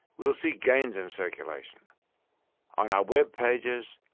we'll see gains in circulation on our web pages,